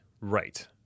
Right